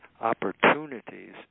opportunities